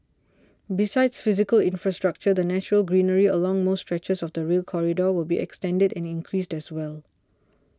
besides physical infrastructure the natural greenery along most stretches of the Rail Corridor will be extended and increased as well